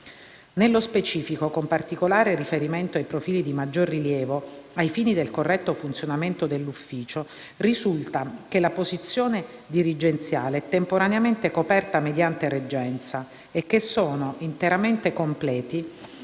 Nello specifico, con particolare riferimento ai profili di maggior rilievo, ai fini del corretto funzionamento dell'ufficio, risulta che la posizione dirigenziale è temporaneamente coperta mediante reggenza e che sono interamente completi